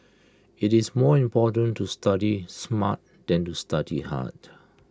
IT is more important to study smart than to study hard